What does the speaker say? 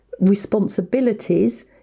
responsibilities